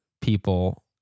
people